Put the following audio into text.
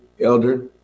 Elder